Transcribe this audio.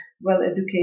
well-educated